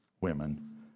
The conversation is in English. women